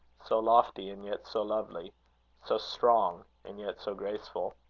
so lofty, and yet so lovely so strong, and yet so graceful!